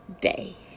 day